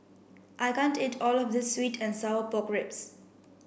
I can't eat all of this sweet and sour pork ribs